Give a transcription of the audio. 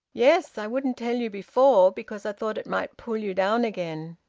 yes. i wouldn't tell you before because i thought it might pull you down again.